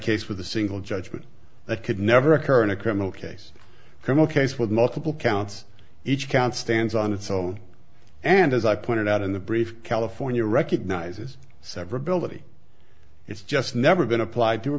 case with a single judgment that could never occur in a criminal case come on case with multiple counts each count stands on its own and as i pointed out in the brief california recognizes severability it's just never been applied to a